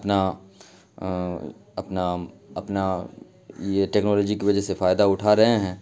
اپنا اپنا اپنا یہ ٹیکنالوجی کے وجہ سے فائدہ اٹھا رہے ہیں